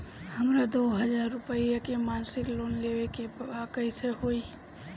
हमरा दो हज़ार रुपया के मासिक लोन लेवे के बा कइसे होई?